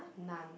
none